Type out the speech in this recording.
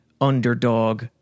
underdog